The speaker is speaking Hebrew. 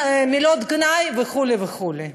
מילות גנאי וכו' וכו'.